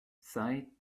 sighed